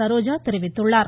சரோஜா தெரிவித்துள்ளார்